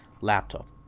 laptop